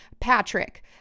Patrick